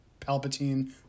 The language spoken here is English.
Palpatine